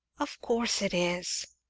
of course it is.